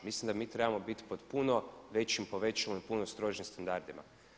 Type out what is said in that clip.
Mislim da mi trebamo bit pod puno većim povećalom i puno strožim standardima.